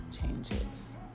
changes